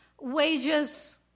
wages